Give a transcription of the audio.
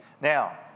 Now